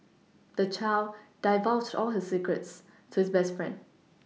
the child divulged all his secrets to his best friend